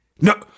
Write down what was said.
No